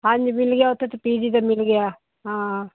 ਹਾਂਜੀ ਮਿਲ ਗਿਆ ਉੱਥੇ ਪੀਜੀ ਤਾਂ ਮਿਲ ਗਿਆ ਹਾਂ